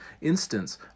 instance